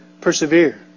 persevere